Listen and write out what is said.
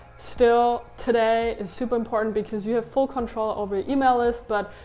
still today, is super important, because you have full control over your email list. but